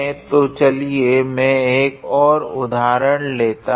तो चलिए मैं एक और उदाहरण लेता हूँ